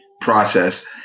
process